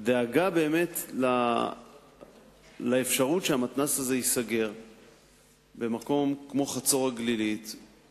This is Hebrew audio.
דאגה מהאפשרות שהמתנ"ס במקום כמו חצור-הגלילית ייסגר,